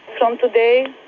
from today,